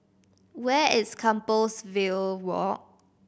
where is Compassvale Walk